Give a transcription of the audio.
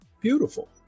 beautiful